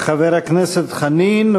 חבר הכנסת חנין.